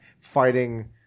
fighting